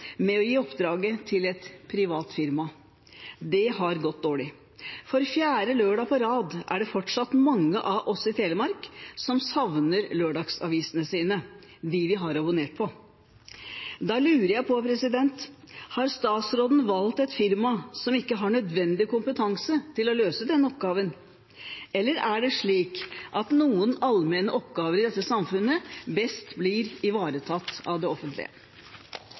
med å gi oppdraget til et privat firma. Det har gått dårlig. For fjerde lørdag på rad er det fortsatt mange av oss i Telemark som savner lørdagsavisene våre, dem vi har abonnert på. Da lurer jeg på: Har statsråden valgt et firma som ikke har nødvendig kompetanse til å løse denne oppgaven, eller er det slik at noen allmenne oppgaver i dette samfunnet best blir ivaretatt av det offentlige?